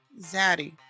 zaddy